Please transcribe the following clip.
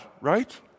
right